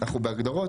אנחנו בהגדרות.